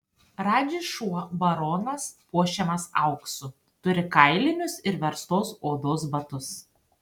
radži šuo baronas puošiamas auksu turi kailinius ir verstos odos batus